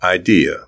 idea